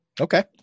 Okay